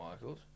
Michaels